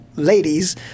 ladies